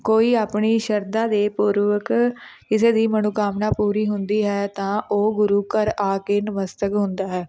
ਕੋਈ ਆਪਣੀ ਸ਼ਰਧਾ ਦੇ ਪੂਰਵਕ ਕਿਸੇ ਦੀ ਮਨੋਕਾਮਨਾ ਪੂਰੀ ਹੁੰਦੀ ਹੈ ਤਾਂ ਉਹ ਗੁਰੂ ਘਰ ਆ ਕੇ ਨਮਸਤਕ ਹੁੰਦਾ ਹੈ